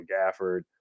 Gafford